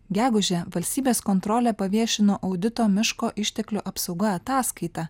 gegužę valstybės kontrolė paviešino audito miško išteklių apsauga ataskaitą